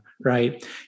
Right